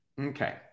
Okay